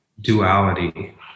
duality